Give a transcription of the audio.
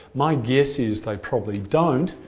my guess is they probably don't,